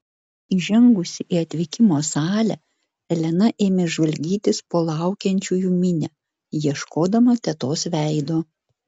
įžengusi į atvykimo salę elena ėmė žvalgytis po laukiančiųjų minią ieškodama tetos veido